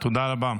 תודה רבה.